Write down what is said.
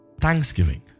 Thanksgiving